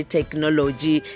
Technology